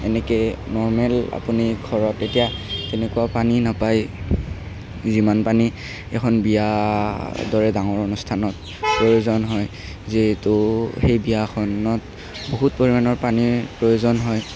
এনেকে নৰ্মেল আপুনি ঘৰত এতিয়া তেনেকুৱা পানী নাপায় যিমান পানী এখন বিয়াৰ দৰে ডাঙৰ অনুষ্ঠানত প্ৰয়োজন হয় যিহেতু সেই বিয়াখনত বহুত পৰিমাণৰ পানীৰ প্ৰয়োজন হয়